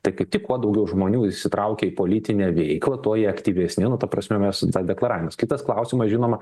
tai kaip tik kuo daugiau žmonių įsitraukia į politinę veiklą tuo jie aktyvesni nu ta prasme mes ta deklaravimas kitas klausimas žinoma